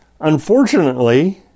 Unfortunately